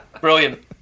brilliant